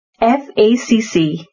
FACC